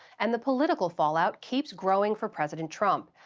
and the political fallout keeps growing for president trump.